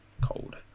cold